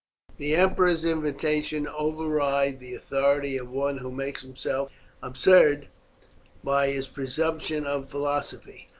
the emperor's invitations override the authority of one who makes himself absurd by his presumption of philosophy.